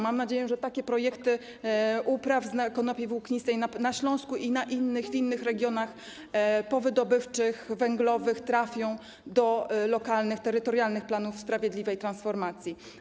Mam nadzieję, że takie projekty upraw konopi włóknistych na Śląsku i w innych regionach powydobywczych, węglowych trafią do lokalnych, terytorialnych planów sprawiedliwej transformacji.